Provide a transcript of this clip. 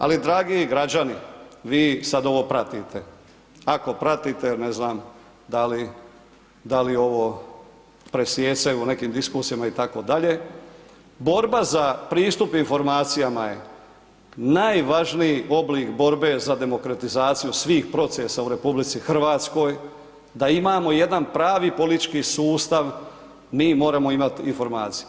Ali dragi građani, vi sad ovo pratite, ako pratite ne znam da li ovo presijecaju u nekim diskusijama i tako dalje, borba za pristup informacijama je najvažniji oblik borbe za demokratizaciju svih procesa u RH, da imamo jedan pravi politički sustav mi moramo imati informaciju.